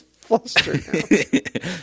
flustered